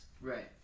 Right